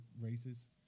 races